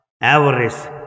avarice